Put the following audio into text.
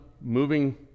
moving